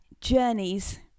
journeys